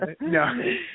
No